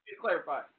clarify